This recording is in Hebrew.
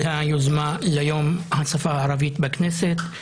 היוזמה לציון יום השפה הערבית בכנסת.